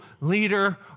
leader